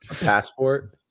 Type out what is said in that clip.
Passport